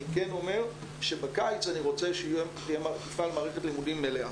אני כן אומר שבקיץ אני רוצה שתהיה מערכת לימודים מלאה.